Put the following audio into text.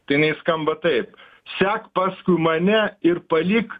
tai jinai skamba taip sek paskui mane ir palik